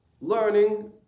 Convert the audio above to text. learning